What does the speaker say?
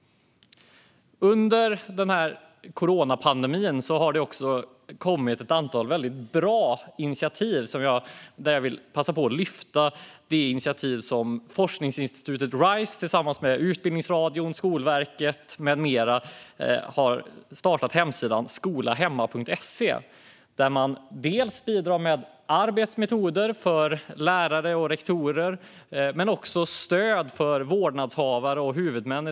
Under coronapandemin har det kommit ett antal bra initiativ där jag vill passa på att lyfta upp det initiativ som forskningsinstitutet Rise tillsammans med Utbildningsradion, Skolverket med flera har startat, nämligen hemsidan skolahemma.se. Man bidrar med arbetsmetoder för lärare och rektorer samt stöd för vårdnadshavare och huvudmän.